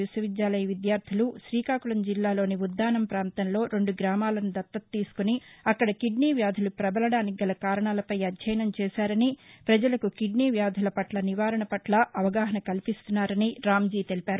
విశ్వ విద్యాలయ విద్యార్లులు శ్రీకాకుళం జిల్లాలోని ఉద్దాసం ప్రాంతంలో రెండు గ్రామాలను దత్తత తీసుకుని అక్కడ కిడ్నీ వ్యాధులు ప్రబలడానికి గల కారణాలపై అధ్యయనం చేశారని ప్రజలకు కిడ్నీ వ్యాధుల నివారణ పట్ల అవగాహన కల్పిస్తున్నారని రాంజీ తెలిపారు